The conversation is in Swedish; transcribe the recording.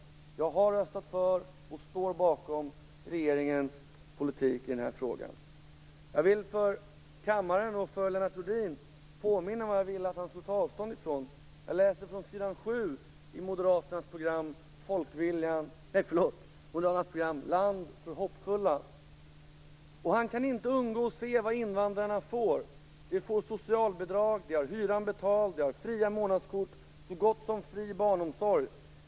Jag har röstat för och står bakom regeringens politik i den här frågan. Jag vill för kammaren och för Lennart Rohdin påminna om vad det är jag vill att han skall ta avstånd från. Jag läser från s. 7 i Moderaternas program Land för hoppfulla: Han kan inte undgå att se vad invandrarna får. De får socialbidrag, de har hyran betald, de har fria månadskort, så gott som fri barnomsorg.